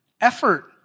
effort